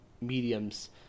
mediums